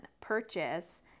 purchase